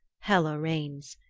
hela reigns.